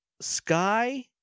Sky